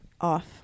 off